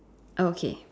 okay